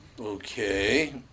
Okay